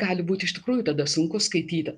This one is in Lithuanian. gali būti iš tikrųjų tada sunku skaityti